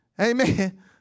Amen